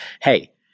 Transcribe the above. hey